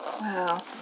Wow